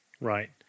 Right